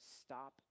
stop